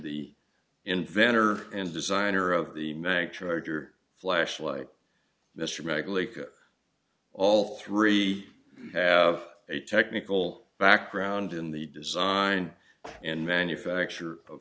the inventor and designer of the mag charger flashlight mr maglica all three have a technical background in the design and manufacture of